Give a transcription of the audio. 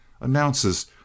announces